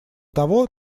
того